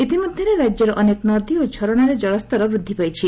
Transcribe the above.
ଇତିମଧ୍ୟରେ ରାଜ୍ୟର ଅନେକ ନଦୀ ଓ ଝରଣାରେ ଜଳସ୍ତର ବୃଦ୍ଧି ପାଇଛି